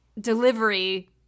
delivery